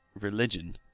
religion